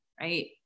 right